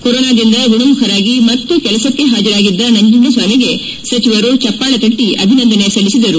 ಕೊರೋನಾದಿಂದ ಗುಣಮುಖರಾಗಿ ಮತ್ತೆ ಕೆಲಸಕ್ಕೆ ಹಾಜರಾಗಿದ್ದ ನಂಜುಂಡಸ್ವಾಮಿಗೆ ಸಚಿವರು ಚಪ್ಪಾಳೆ ತಟ್ಟ ಅಭಿನಂದನೆ ಸಲ್ಲಿಸಿದರು